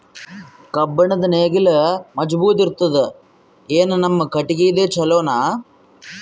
ಕಬ್ಬುಣದ್ ನೇಗಿಲ್ ಮಜಬೂತ ಇರತದಾ, ಏನ ನಮ್ಮ ಕಟಗಿದೇ ಚಲೋನಾ?